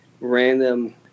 random